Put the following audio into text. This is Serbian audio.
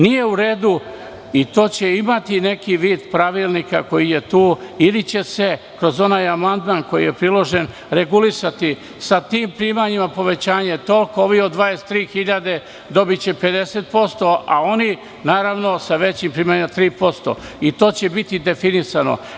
Nije u redu i to će imati neki vid pravilnika koji je tu ili će se kroz onaj amandman koji je priložen regulisati sa tim primanjima, povećanje je toliko, ovi sa zaradom od 23.000 dobiće 50%, a oni sa većim primanjima 3% i to će biti definisano.